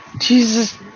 Jesus